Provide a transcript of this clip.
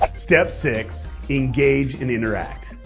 step six engage and interact.